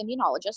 immunologist